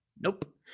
Nope